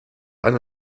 einer